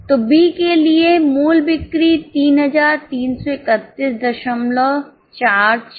तो बी के लिए मूल बिक्री 333146 थी